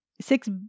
Six